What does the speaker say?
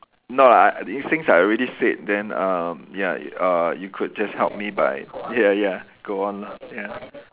no lah these things I already said then uh ya uh you could just help me by ya ya go on ah ya